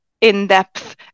in-depth